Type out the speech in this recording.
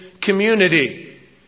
community